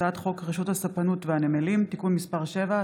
הצעת חוק רשות הספנות והנמלים (תיקון מס' 7),